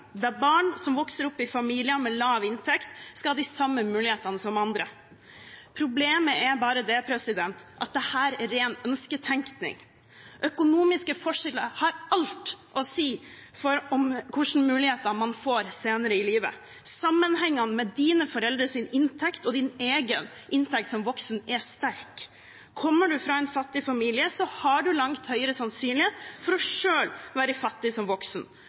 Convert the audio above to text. der barn som vokser opp i familier med lav inntekt, skal ha de samme mulighetene som andre. Problemet er bare at dette er ren ønsketenkning. Økonomiske forskjeller har alt å si for hvilke muligheter man får senere i livet. Sammenhengen mellom foreldrenes inntekt og egen inntekt som voksen er sterk. Kommer man fra en fattig familie, har man langt større sannsynlighet for selv å være fattig som voksen.